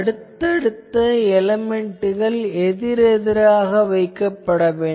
அடுத்தடுத்த எலேமென்ட்கள் எதிரெதிராக வைக்கப்பட வேண்டும்